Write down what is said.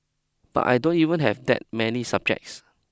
but I don't even have that many subjects